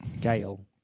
Gale